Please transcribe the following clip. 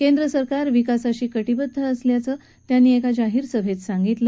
केंद्र सरकार विकासाशी कटीबदघ असल्याचं त्यांनी एका जाहीरसभेत सांगितलं